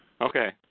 Okay